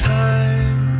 time